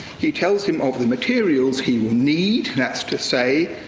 he tells him of the materials he will need. that's to say,